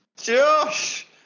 Josh